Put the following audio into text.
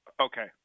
Okay